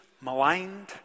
maligned